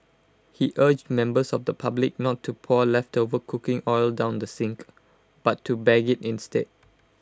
he urged members of the public not to pour leftover cooking oil down the sink but to bag IT instead